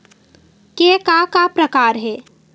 के का का प्रकार हे?